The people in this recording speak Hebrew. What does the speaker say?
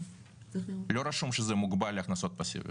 לא רשום שזה מוגבל להכנסות פסיביות.